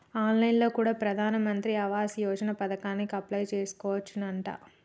on line లో కూడా ప్రధాన్ మంత్రి ఆవాస్ యోజన పథకానికి అప్లై చేసుకోవచ్చునంట